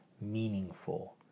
meaningful